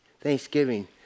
thanksgiving